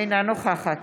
אינה נוכחת